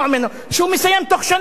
שהוא מסיים בתוך שנה למשל,